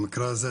במקרה הזה,